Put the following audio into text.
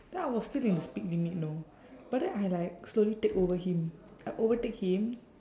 then I was still in the speed limit know but then I like slowly take over him I overtake him